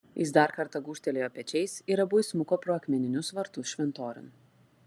jis dar kartą gūžtelėjo pečiais ir abu įsmuko pro akmeninius vartus šventoriun